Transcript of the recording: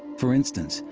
for instance,